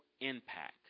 impact